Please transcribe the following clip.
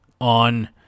on